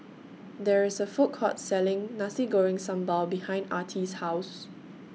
There IS A Food Court Selling Nasi Goreng Sambal behind Artie's House